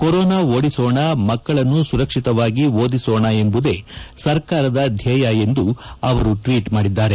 corona ಓಡಿಸೋಣ ಮಕ್ಕಳನ್ನು ಸುರಕ್ಷಿತವಾಗಿ ಓದಿಸೋಣ ಎಂಬುದೇ ಸರ್ಕಾರದ ಧ್ವೇಯ ಎಂದು ಅವರು ಟ್ವೀಟ್ ಮಾಡಿದ್ದಾರೆ